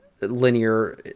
linear